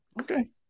Okay